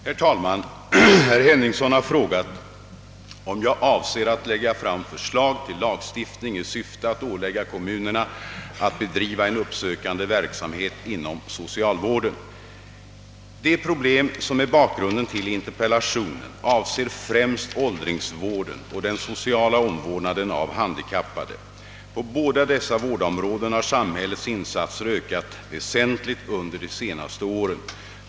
Herr talman! Herr Henningsson har frågat, om jag avser lägga fram förslag till lagstiftning i syfte att ålägga kommunerna att bedriva en uppsökande verksamhet inom socialvården. De problem som är bakgrunden till interpellationen avser främst åldringsvården och den sociala omvårdnaden av handikappade. På båda dessa vårdområden har samhällets insatser ökat väsentligt under de senaste åren.